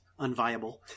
unviable